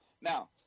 now